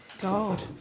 God